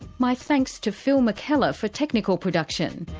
my thanks to phil mckellar for technical production,